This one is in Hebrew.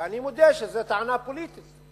אני מודה שזאת טענה פוליטית,